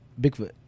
Bigfoot